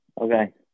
Okay